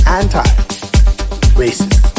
anti-racist